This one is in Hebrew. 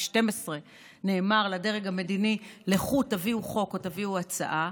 שאז נאמר לדרג המדיני: לכו תביאו חוק או תביאו הצעה.